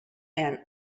and